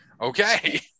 Okay